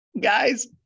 guys